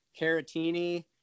Caratini